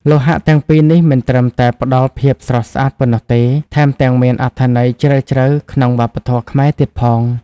លោហៈទាំងពីរនេះមិនត្រឹមតែផ្តល់ភាពស្រស់ស្អាតប៉ុណ្ណោះទេ ថែមទាំងមានអត្ថន័យជ្រាលជ្រៅក្នុងវប្បធម៌ខ្មែរទៀតផង។